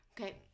Okay